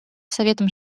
советом